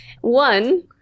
One